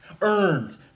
earned